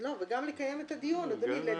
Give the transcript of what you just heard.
גם לקיים את הדיון, אדוני.